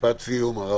משפט סיום.